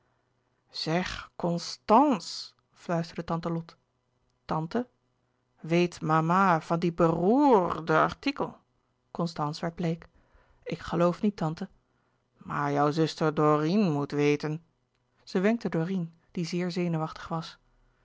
constàns fluisterde tante lot tante weet mama van die beroèrrrde artikel constance werd bleek ik geloof niet tante louis couperus de boeken der kleine zielen maar jouw zuster dorine moet weten zij wenkte dorine die zeer zenuwachtig was